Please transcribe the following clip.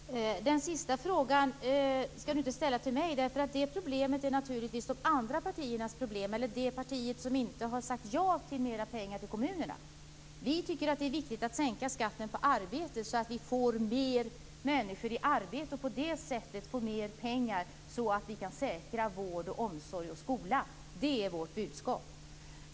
Fru talman! Den senaste frågan skall inte ställas till mig. Den gäller ett problem för de partier som inte har sagt ja till mera pengar till kommunerna. Vi tycker att det är viktigt att sänka skatten på arbete, så att vi får mer människor i arbete och på det sättet får mer pengar, så att vi kan säkra vård, omsorg och skola. Det är vårt budskap.